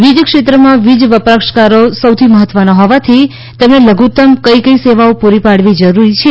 વીજક્ષેત્રમાં વીજ વપરાશકારો સૌથી મહત્વના હોવાથી તેમને લઘુતમ કંઈ કંઈ સેવાઓ પૂરી પાડવી જરૂરી છે